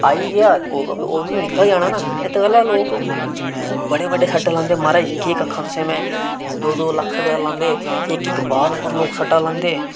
आई गेआ ओह् बी निक्का ई आना ना एत्त गल्लां लोग बहुत बड़े बड्डे बड्डे सट्टे लांदे महाराज केह् आक्खां तुसेंगी मैं दो दो लक्ख रपेऽ दा लांदे इक इक बाल उप्पर लोग सट्टा लांदे